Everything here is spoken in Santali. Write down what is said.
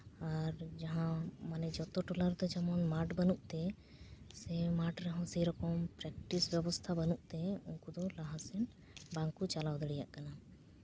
ᱟᱨ ᱡᱟᱦᱟᱸ ᱢᱟᱱᱮ ᱡᱚᱛᱚ ᱴᱚᱞᱟ ᱨᱮᱫᱚ ᱡᱮᱢᱚᱱ ᱢᱟᱴᱷ ᱵᱟᱹᱱᱩᱜ ᱛᱮ ᱥᱮ ᱢᱟᱴᱷ ᱨᱮᱦᱚᱸ ᱥᱮᱭ ᱨᱚᱠᱚᱢ ᱯᱨᱮᱠᱴᱤᱥ ᱵᱮᱵᱚᱥᱛᱷᱟ ᱵᱟᱹᱱᱩᱜ ᱛᱮ ᱩᱱᱠᱩ ᱫᱚ ᱞᱟᱦᱟ ᱥᱮᱱ ᱵᱟᱝ ᱠᱚ ᱪᱟᱞᱟᱣ ᱫᱟᱲᱮᱭᱟᱜ ᱠᱟᱱᱟ